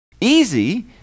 easy